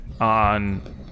on